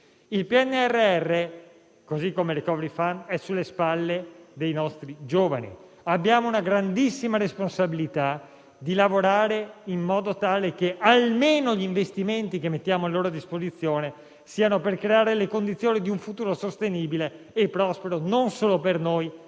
il PNRR, così come il *recovery fund*, è sulle loro spalle. Abbiamo la grandissima responsabilità di lavorare in modo tale che almeno gli investimenti che mettiamo a loro disposizione siano destinati a creare le condizioni per un futuro sostenibile e prospero, non solo per noi, ma anche per loro.